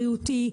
בריאותי,